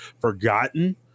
forgotten